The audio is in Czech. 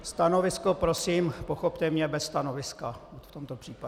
Stanovisko prosím, pochopte mě, bez stanoviska v tomto případě.